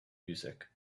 music